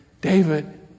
David